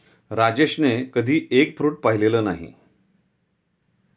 राजेशने कधी egg fruit पाहिलं नाही